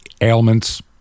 ailments